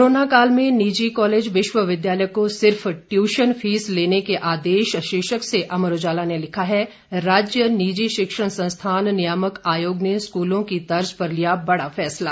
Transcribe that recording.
corona काल में निजी कॉलेज विश्वविद्यालय को सिर्फ ट्यूशन फीस लेने के आदेश शीर्षक से अमर उजाला ने लिखा है राज्य निजी शिक्षण संस्थान नियामक आयोग ने स्कूलों की तर्ज पर लिया बड़ा फैसला